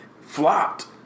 flopped